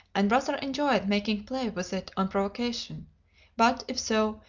and rather enjoyed making play with it on provocation but, if so,